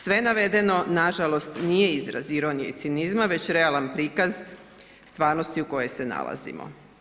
Sve navedeno nažalost, nije izraz ironije i cinizma već realan prikaz stvarnosti u kojoj se nalazimo.